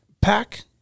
pack